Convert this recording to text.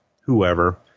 whoever